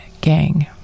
Gang